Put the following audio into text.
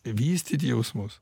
vystyti jausmus